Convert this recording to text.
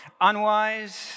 Unwise